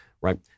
right